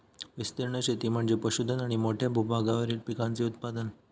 विस्तीर्ण शेती म्हणजे पशुधन आणि मोठ्या भूभागावरील पिकांचे उत्पादन